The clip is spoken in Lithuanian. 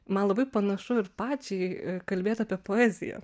man labai panašu ir pačiai kalbėt apie poeziją